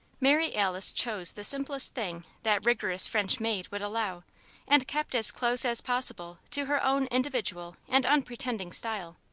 mary alice chose the simplest thing that rigorous french maid would allow and kept as close as possible to her own individual and unpretending style.